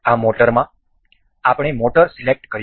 આ મોટરમાં આપણે મોટર સિલેક્ટ કરીશું